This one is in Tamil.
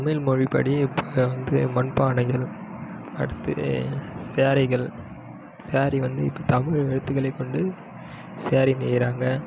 தமிழ்மொழிப்படி இப்போ வந்து மண்பானைகள் அடுத்து ஸேரிகள் ஸேரி வந்து இப்போ தமிழ் எழுத்துக்களை கொண்டு ஸேரி நெய்கிறாங்க